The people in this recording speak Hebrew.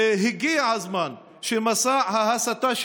הגיע הזמן שמסע ההסתה,